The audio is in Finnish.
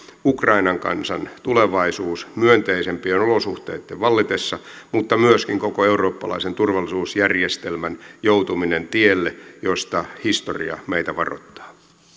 ukrainan kansan tulevaisuus myönteisempien olosuhteitten vallitessa mutta myöskin estämään koko eurooppalaisen turvallisuusjärjestelmän joutuminen tielle josta historia meitä varoittaa